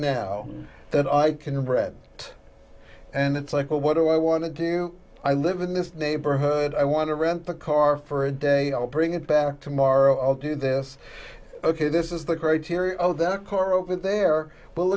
now that i can read it and it's like well what do i want to do i live in this neighborhood i want to rent the car for a day i'll bring it back tomorrow i'll do this ok this is the great hero that car over there will